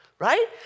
Right